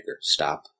Stop